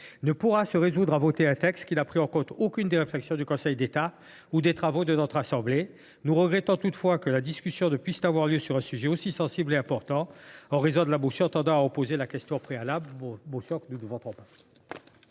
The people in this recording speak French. ne pourra donc se résoudre à voter un texte qui n’a pris en compte aucune des réflexions du Conseil d’État ni aucun des travaux de notre assemblée. Nous regrettons toutefois que la discussion ne puisse avoir lieu sur un sujet aussi sensible et important, en raison de la motion tendant à opposer la question préalable,